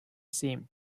seemed